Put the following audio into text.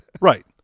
Right